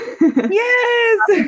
Yes